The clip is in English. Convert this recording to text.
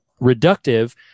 reductive